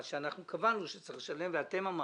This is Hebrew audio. מה שאנחנו קבענו שצריך לשלם ואתם אמרתם.